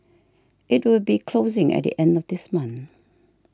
it will be closing at the end of this month